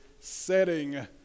setting